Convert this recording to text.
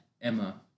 Emma